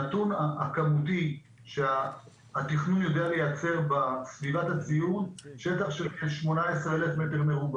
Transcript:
הנתון הכמותי שהתכנון יודע לייצר בסביבת הציון - שטח של כ-18,000 מ"ר.